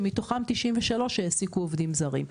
שמתוכם 93 העסיקו עובדים זרים.